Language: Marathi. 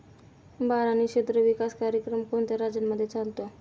बारानी क्षेत्र विकास कार्यक्रम कोणत्या राज्यांमध्ये चालतो?